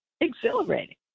exhilarating